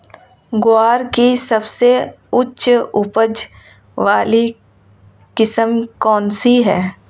ग्वार की सबसे उच्च उपज वाली किस्म कौनसी है?